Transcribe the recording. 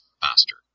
faster